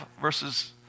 verses